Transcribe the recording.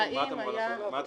מה את אמורה לעשות?